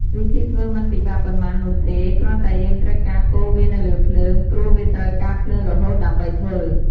វិធីធ្វើមិនពិបាកប៉ុន្មាននោះទេ គ្រាន់តែយើងត្រូវការកូរវានៅលើភ្លើង ព្រោះវាត្រូវការភ្លើងរហូតដើម្បីធ្វើ។